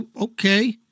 Okay